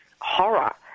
horror